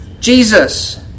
Jesus